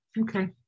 Okay